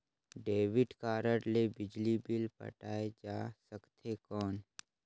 Debit card ले बिजली bill पटाय जा सकथे कौन?